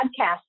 podcast